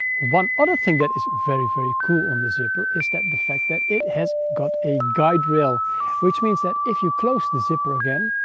one other thing that is very very cool on the zipper is the fact that it has got a guide rail which means that if you close the zipper again